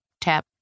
tap